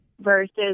Versus